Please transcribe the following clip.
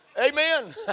Amen